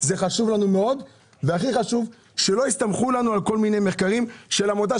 לא יסתמך רק על כל מיני מחקרים של עמותה,